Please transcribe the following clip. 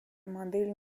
модель